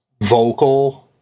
vocal